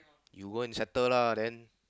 you go and settle lah then